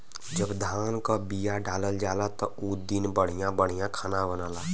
जब धान क बिया डालल जाला त उ दिन बढ़िया बढ़िया खाना बनला